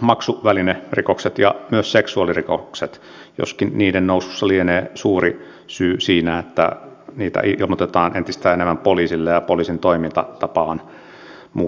maksuvälinerikokset ja myös seksuaalirikokset joskin niiden nousussa lienee suuri syy siinä että niitä ilmoitetaan entistä enemmän poliisille ja poliisin toimintatapa on muuttunut